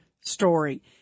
story